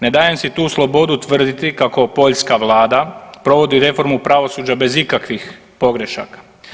Ne dajem si tu slobodu tvrditi kako poljska vlada provodi reformu pravosuđa bez ikakvih pogrešaka.